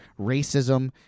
racism